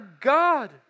God